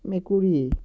মেকুৰী